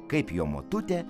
kaip jo motutė